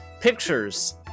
pictures